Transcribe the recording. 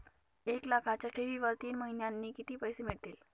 एक लाखाच्या ठेवीवर तीन महिन्यांनी किती पैसे मिळतील?